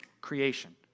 creation